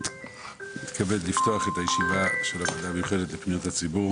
אני מתכבד לפתוח את הישיבה של הוועדה המיוחדת לפניות הציבור